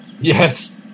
Yes